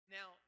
Now